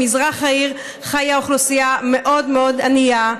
במזרח העיר חיה אוכלוסייה מאוד מאוד ענייה,